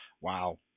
wow